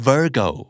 Virgo